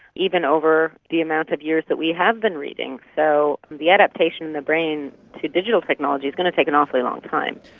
even over the amount of years that we have been reading. so the adaptation in the brain to digital technologies is going to take an awfully long time.